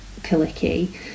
Kaliki